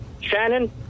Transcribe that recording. Shannon